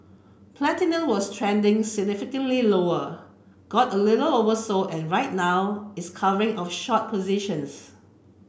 platinum was trending significantly lower got a little oversold and right now it's covering of short positions